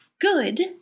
good